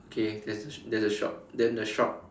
K there's a sh~ there's a shop then the shop